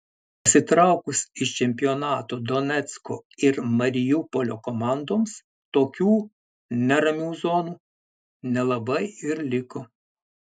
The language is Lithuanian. pasitraukus iš čempionato donecko ir mariupolio komandoms tokių neramių zonų nelabai ir liko